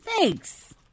Thanks